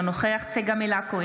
אינו נוכח צגה מלקו,